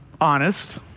honest